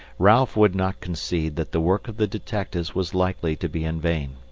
ralph would not concede that the work of the detectives was likely to be in vain,